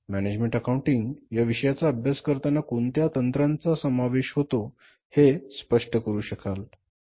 management accounting या विषयाचा अभ्यास करताना कोणत्या तंत्रांचा समावेश होतो हे स्पष्ट करू शकाल